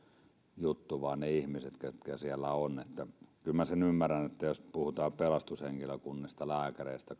juttu vaan ne ihmiset ketkä siellä ovat kyllä minä sen ymmärrän että jos puhutaan pelastushenkilökunnasta lääkäreistä